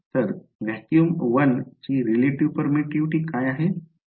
तर व्हॅक्यूम 1 ची relative permitivity काय आहे